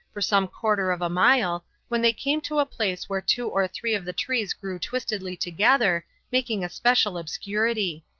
for some quarter of a mile, when they came to a place where two or three of the trees grew twistedly together, making a special obscurity.